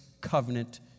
Covenant